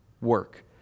work